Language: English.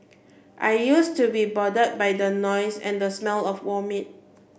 I used to be bothered by the noise and the smell of vomit